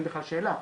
אין בכלל שאלה,